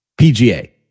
PGA